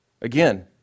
Again